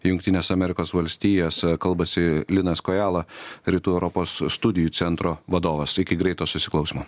jungtines amerikos valstijas kalbasi linas kojala rytų europos studijų centro vadovas iki greito susiklausymo